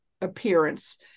appearance